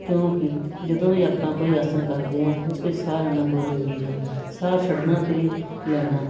ਕਿਉਂਕਿ ਜਦੋਂ ਵੀ ਆਪਾਂ ਕੋਈ ਆਸਣ ਕਰਦੇ ਹਾਂ ਉਸ ਵਿੱਚ ਸਾਹ ਲੈਣਾ ਬਹੁਤ ਜ਼ਰੂਰੀ ਹੈ ਸਾਹ ਛੱਡਣਾ ਅਤੇ ਲੈਣਾ